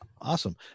awesome